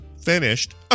finished